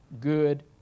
good